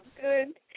good